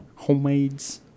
Homemades